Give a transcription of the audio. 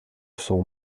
son